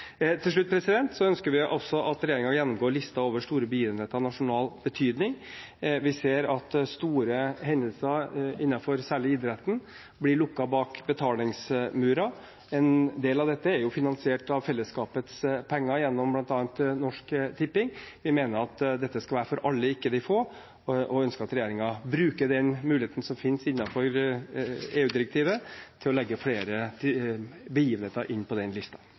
Til slutt ønsker vi også at regjeringen gjennomgår listen over store begivenheter av nasjonal betydning. Vi ser at store hendelser innenfor særlig idrett blir lukket bak betalingsmurer. En del av dette er jo finansiert av fellesskapets penger, gjennom bl.a. Norsk Tipping. Vi mener at dette skal være for alle, ikke for de få, og ønsker at regjeringen bruker den muligheten som finnes innenfor EU-direktivet, til å legge flere begivenheter inn på den